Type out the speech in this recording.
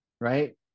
right